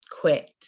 quit